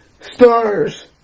stars